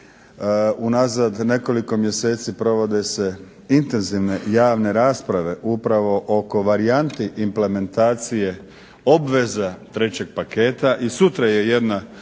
Unazad nekoliko mjeseci provode se intenzivne javne rasprave upravo oko varijanti implementacije obveza trećeg paketa,i sutra je jedna